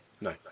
No